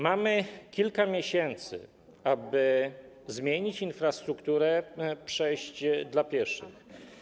Mamy kilka miesięcy, aby zmienić infrastrukturę przejść dla pieszych.